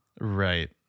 Right